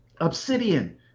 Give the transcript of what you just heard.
Obsidian